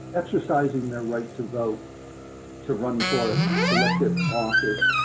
exercising their right to vote to run for elective office,